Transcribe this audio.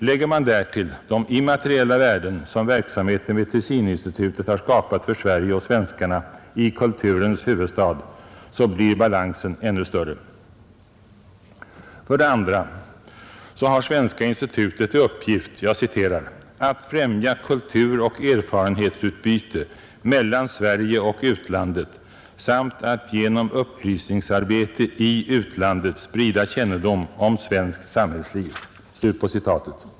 Lägger man därtill de immateriella värden som verksamheten vid Tessininstitutet har skapat för Sverige och svenskarna i kulturens huvudstad så blir balansen ännu större. För det andra så har Svenska institutet till uppgift ”att främja kulturoch erfarenhetsutbyte mellan Sverige och utlandet samt att genom upplysningsarbete i utlandet sprida kännedom om svenskt samhällsliv”.